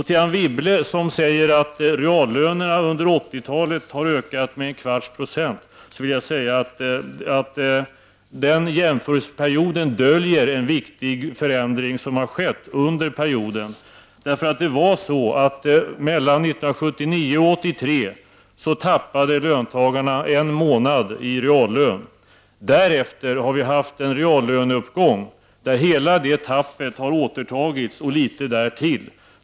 Till Anne Wibble som sade att reallönerna under 80-talet har ökat med en fjärdedels procent vill jag säga att den jämförelseperioden döljer en viktig förändring under perioden. Mellan 1979 och 1983 tappade löntagarna en månad i reallön. Därefter har vi haft en reallöneuppgång där hela nedgången har återtagits och litet därtill.